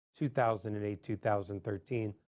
2008-2013